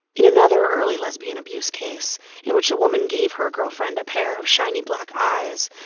in another early lesbian abuse case in which a woman gave her girlfriend a pair of shiny black eyes,